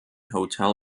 hotel